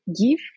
give